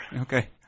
Okay